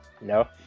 No